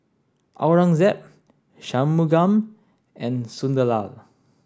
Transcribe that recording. Aurangzeb Shunmugam and Sunderlal